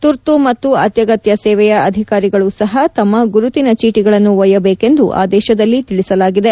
ತುರ್ತು ಮತ್ತು ಅತ್ನಗತ್ಯ ಸೇವೆಯ ಅಧಿಕಾರಿಗಳೂ ಸಹ ತಮ್ಮ ಗುರುತಿನ ಚೀಟಿಗಳನ್ನು ಒಯ್ಯಬೇಕೆಂದು ಆದೇಶದಲ್ಲಿ ತಿಳಿಸಲಾಗಿದೆ